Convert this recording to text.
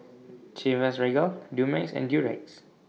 Chivas Regal Dumex and Durex